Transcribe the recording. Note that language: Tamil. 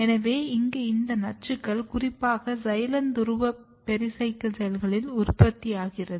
எனவே இங்கு இந்த நச்சுகள் குறிப்பாக சைலம் துருவ பெரிசைக்கிள் செல்களில் உற்பத்தியாகிறது